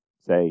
say